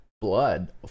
Blood